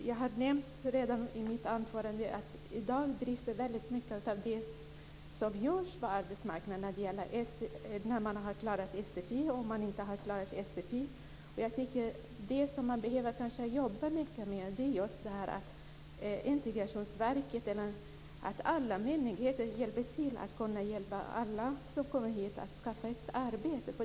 Jag har redan i mitt anförande nämnt att det i dag brister mycket i det som görs på arbetsmarknaden för att man ska kunna klara sfi. Integrationsverket och andra myndigheter behöver jobba mycket för att hjälpa alla som kommer med hit att skaffa ett arbete.